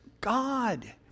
God